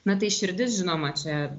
na tai širdis žinoma čia